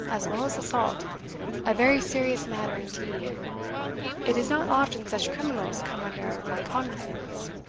as well as assault a very serious matter indeed it is not often such criminals come under my cognizance.